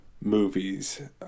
movies